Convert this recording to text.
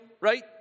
right